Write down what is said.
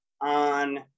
on